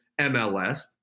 MLS